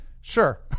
Sure